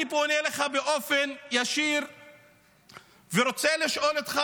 אני פונה אליך באופן ישיר ורוצה לשאול אותך